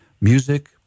music